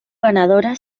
ganadora